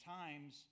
times